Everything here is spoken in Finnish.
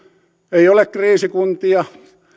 ei ole kriisikuntia